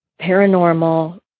paranormal